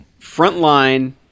Frontline